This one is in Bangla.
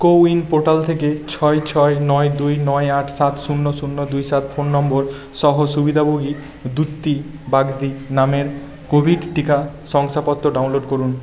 কোউইন পোর্টাল থেকে ছয় ছয় নয় দুই নয় আট সাত শূন্য শূন্য দুই সাত ফোন নম্বর সহ সুবিধাভোগী দ্যুতি বাগদি নামের কোভিড টিকা শংসাপত্র ডাউনলোড করুন